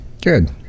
Good